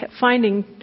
finding